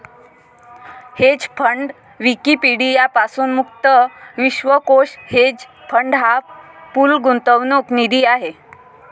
hedge fund Wikipedia पासून मुक्त विश्वकोश हेज फंड हा पूल गुंतवणूक निधी आहे